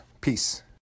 Peace